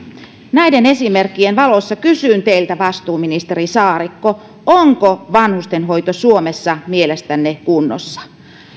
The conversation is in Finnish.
näiden esimerkkien valossa kysyn teiltä vastuuministeri saarikko onko vanhustenhoito suomessa mielestänne kunnossa